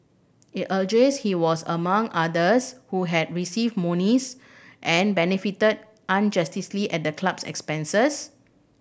it alleges he was among others who had received monies and benefited at the club's expense